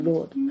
Lord